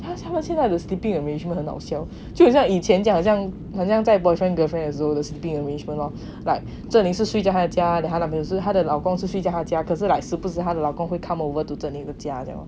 他现在的 sleeping arrangements 好笑就很像以前就好像好像在 boyfriend girlfriend 的时候的 sleeping arrangement lor like 这里是睡在他的家 then 他的男朋友他的老公是睡在他的家可是 like 是不是她的老公会 come over to zheng ming 的家这样